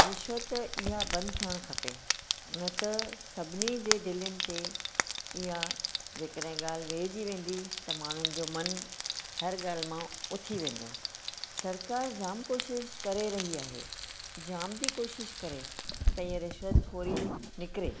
रिश्वत इहा बंदि थियणु खपे न त सभनिनि जे दिली ते इह जेका न गाल्हि वेहिजी वेंदी त माण्हू जो मनु हर गाल्हि मां उथी वेंदो सरकार जाम कोशिशि करे रही आहे जाम थी कोशिशि करे त इहे रिशवत खोरी निकिरे